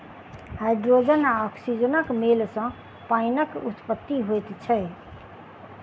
hydrogen आ औक्सीजनक मेल सॅ पाइनक उत्पत्ति होइत छै